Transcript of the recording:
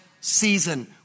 season